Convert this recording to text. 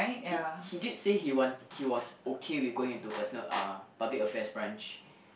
he he did say he want he was okay with going into personal uh public affairs branch